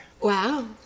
Wow